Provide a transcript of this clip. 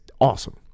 awesome